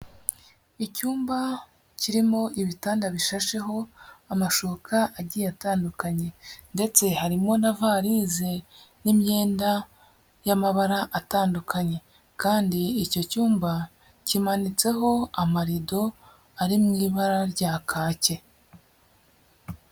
Icyumba kirimo ibitanda bishasheho amashuka agiye atandukanye, ndetse hariho na varize n'imyenda y'amabara atandukanye, kandi icyo cyumba kimanitseho amarido ari mu ibara rya kake.